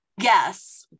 Yes